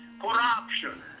Corruption